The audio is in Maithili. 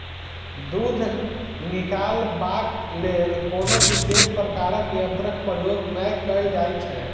दूध निकालबाक लेल कोनो विशेष प्रकारक यंत्रक प्रयोग नै कयल जाइत छै